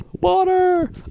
Water